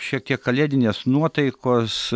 šiek tiek kalėdinės nuotaikos